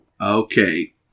Okay